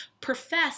profess